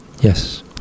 Yes